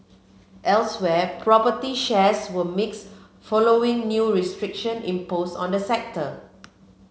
elsewhere property shares were mixed following new restriction imposed on the sector